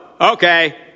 okay